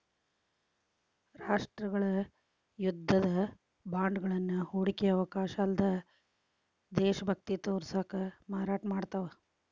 ರಾಷ್ಟ್ರಗಳ ಯುದ್ಧದ ಬಾಂಡ್ಗಳನ್ನ ಹೂಡಿಕೆಯ ಅವಕಾಶ ಅಲ್ಲ್ದ ದೇಶಭಕ್ತಿ ತೋರ್ಸಕ ಮಾರಾಟ ಮಾಡ್ತಾವ